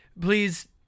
please